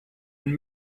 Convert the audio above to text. and